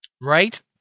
Right